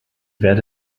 werde